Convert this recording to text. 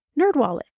Nerdwallet